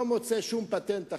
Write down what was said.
לא מוצא שום פטנט אחר.